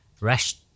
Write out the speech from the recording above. rest